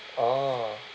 orh